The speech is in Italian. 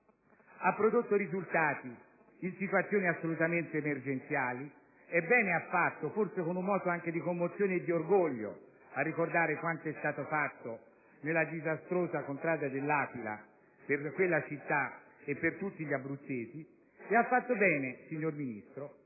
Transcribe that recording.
Ha prodotto risultati in situazioni assolutamente emergenziali, e bene ha fatto, forse con un moto anche di commozione e di orgoglio, a ricordare quanto è stato fatto nella disastrata contrada dell'Aquila per quella città e per tutti gli abruzzesi. Bene ha fatto a ricordare